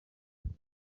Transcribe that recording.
imana